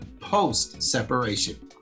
post-separation